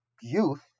youth